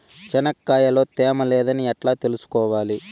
చెనక్కాయ లో తేమ లేదని ఎట్లా తెలుసుకోవాలి?